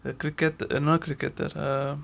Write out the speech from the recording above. the cricket eh no cricket err uh